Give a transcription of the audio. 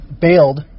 Bailed